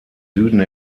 süden